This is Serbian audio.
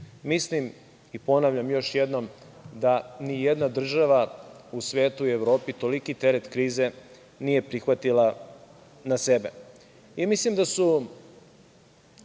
Mislim i ponavljam još jednom da nijedna država u svetu i Evropi toliki teret krize nije prihvatila na